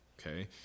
Okay